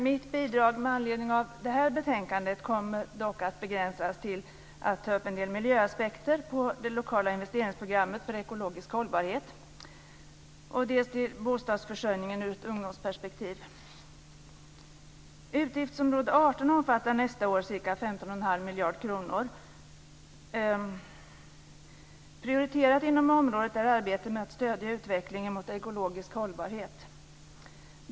Mitt bidrag med anledning av det här betänkandet kommer dock att begränsa sig till en del miljöaspekter på det lokala investeringsprogrammet för ekologisk hållbarhet och till synpunkter på bostadsförsörjningen ur ett ungdomsperspektiv. Utgiftsområde 18 omfattar nästa år ca 15 1⁄2 miljarder kronor. Prioriterat inom området är arbetet med att stödja utvecklingen mot ekologisk hållbarhet.